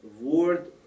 word